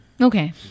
Okay